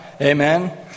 Amen